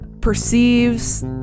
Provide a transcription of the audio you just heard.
perceives